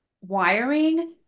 wiring